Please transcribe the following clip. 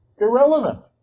irrelevant